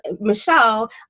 Michelle